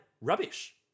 rubbish